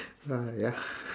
ah ya